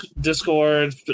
Discord